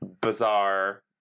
bizarre